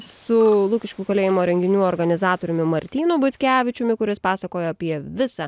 su lukiškių kalėjimo renginių organizatoriumi martynu butkevičiumi kuris pasakojo apie visą